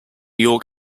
york